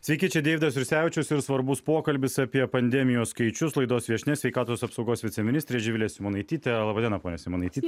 sveiki čia deividas jursevičius ir svarbus pokalbis apie pandemijos skaičius laidos viešnia sveikatos apsaugos viceministrė živilė simonaitytė laba diena ponia simonaityte